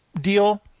deal